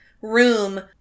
room